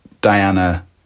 Diana